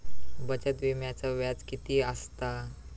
बचत विम्याचा व्याज किती असता?